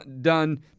done